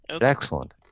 excellent